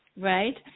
right